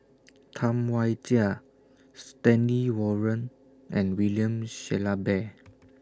Tam Wai Jia Stanley Warren and William Shellabear